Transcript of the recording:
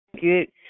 Good